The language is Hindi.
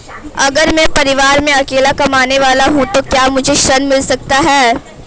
अगर मैं परिवार में अकेला कमाने वाला हूँ तो क्या मुझे ऋण मिल सकता है?